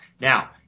Now